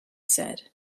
said